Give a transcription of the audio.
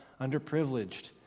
underprivileged